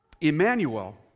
Emmanuel